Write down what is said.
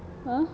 !huh!